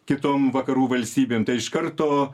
kitom vakarų valstybėm tai iš karto